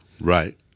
Right